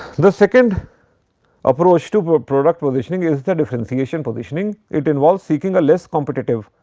the second approach to but product positioning is the differentiation positioning. it involves seeking a less-competitive,